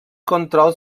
control